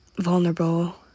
vulnerable